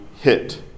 hit